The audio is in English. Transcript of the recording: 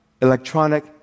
electronic